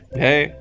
Hey